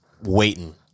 waiting